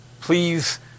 please